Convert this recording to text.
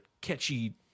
catchy